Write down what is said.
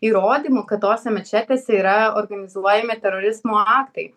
įrodymų kad tose mečetėse yra organizuojami terorizmo aktai